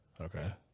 Okay